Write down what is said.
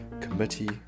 committee